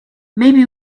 maybe